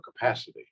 capacity